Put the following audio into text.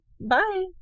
Bye